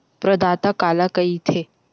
प्रदाता काला कइथे?